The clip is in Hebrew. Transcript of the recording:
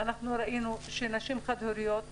אנחנו ראינו שנשים חד-הוריות,